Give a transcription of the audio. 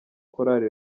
korali